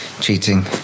cheating